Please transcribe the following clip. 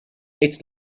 its